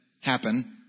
happen